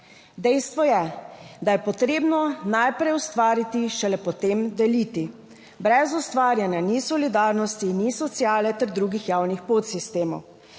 Dejstvo je, da je potrebno najprej ustvariti, šele potem deliti. Brez ustvarjanja ni solidarnosti, ni sociale ter drugih javnih podsistemov.